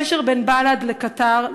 הקשר בין בל"ד לקטאר,